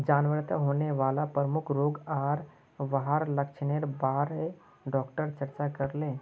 जानवरत होने वाला प्रमुख रोग आर वहार लक्षनेर बारे डॉक्टर चर्चा करले